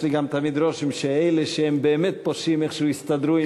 יש לי גם תמיד רושם שאלה שהם באמת פושעים איכשהו יסתדרו,